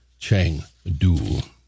Chengdu